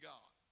God